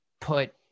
put